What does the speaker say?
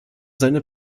seine